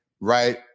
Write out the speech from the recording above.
right